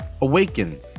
Awaken